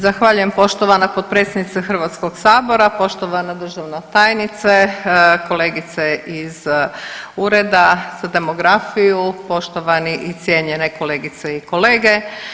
Zahvaljujem poštovana potpredsjednice HS-a, poštovana državna tajnice, kolegice iz Ureda za demografiju, poštovani i cijenjene kolegice i kolege.